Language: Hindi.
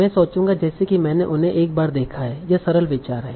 मैं सोचूंगा जैसे कि मैंने उन्हें एक बार देखा है यह सरल विचार है